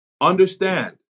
understand